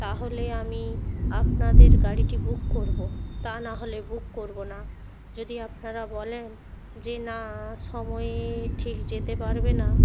তাহলে আমি আপনাদের গাড়িটি বুক করব তা নাহলে বুক করব না যদি আপনারা বলেন যে না সময়ে ঠিক যেতে পারবে না